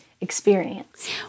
experience